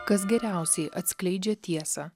kas geriausiai atskleidžia tiesą